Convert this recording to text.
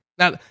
Now